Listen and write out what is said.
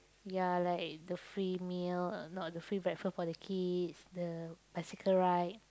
ya like the free meal not the free breakfast for the kids the bicycle ride